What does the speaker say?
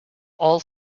all